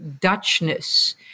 Dutchness